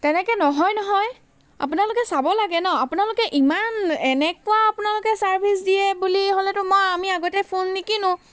তেনেকৈ নহয় নহয় আপোনালোকে চাব লাগে ন আপোনালোকে ইমান এনেকুৱা আপোনালোকে ছাৰ্ভিচ দিয়ে বুলি হ'লেতো মই আমি আগতে ফোন নিকিনো